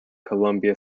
columbia